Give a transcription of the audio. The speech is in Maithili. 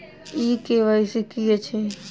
ई के.वाई.सी की अछि?